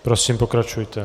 Prosím pokračujte.